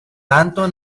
tanto